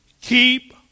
Keep